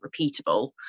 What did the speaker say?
repeatable